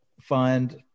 find